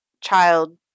child